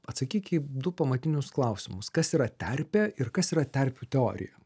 atsakyk į du pamatinius klausimus kas yra terpė ir kas yra terpių teorija